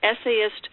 essayist